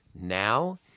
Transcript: Now